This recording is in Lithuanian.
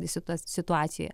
visi ta situacijoje